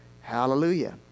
Hallelujah